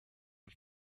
and